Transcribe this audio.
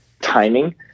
timing